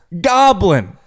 goblin